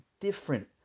different